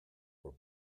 were